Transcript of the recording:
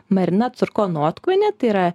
marina curkonotkuvienė tai yra